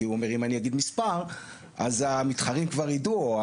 כי הוא אומר אם אני אגיד מספר אז המתחרים כבר יידעו.